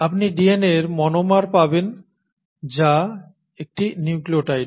আপনি DNAর মনোমার পাবেন যা একটি নিউক্লিওটাইড